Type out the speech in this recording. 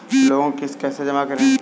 Loan की किश्त कैसे जमा करें?